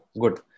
Good